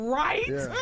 right